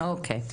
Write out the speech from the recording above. אוקיי.